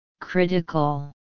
Critical